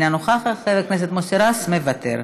אינה נוכחת, חבר הכנסת מוסי רז, מוותר.